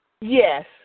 Yes